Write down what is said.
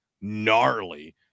gnarly